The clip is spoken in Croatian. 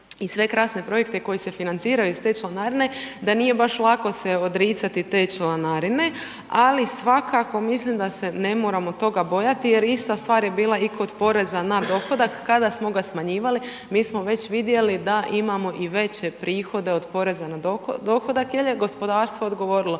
i sve krasne projekte koji se financiraju iz te članarine, da nije baš lako se odricati te članarine, ali svakako mislim da se ne moramo toga bojati, jer ista stvar je bila i kod poreza na dohodak, kada smo ga smanjivali, mi smo već vidjeli da imamo i veće prihode od poreza na dohodak jer je gospodarstvo odgovorilo,